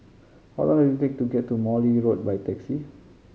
how long is take to get to Morley Road by taxi